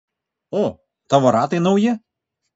o tavo ratai nauji